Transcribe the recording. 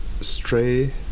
Stray